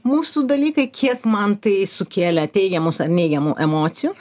mūsų dalykai kiek man tai sukėlė teigiamus ar neigiamų emocijų